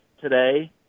today